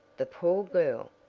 the poor girl,